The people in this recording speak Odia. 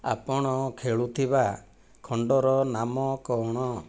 ଆପଣ ଖେଳୁଥିବା ଖଣ୍ଡର ନାମ କ'ଣ